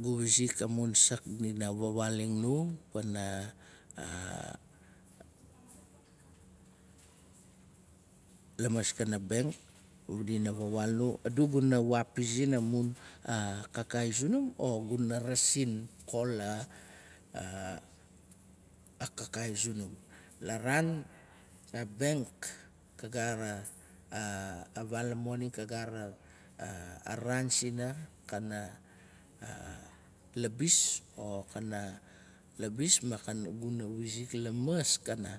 gu wizik. amun sak dina fawaaling nu lamaskana bemk dina vawaal nu. adu guna waapizin. amun kakaii zunum. o guna rasin kol a kakaii zunum. La raan a benk ka gaat a a moni ka gaat a raan sina kana labis o guna wizik lamaskana.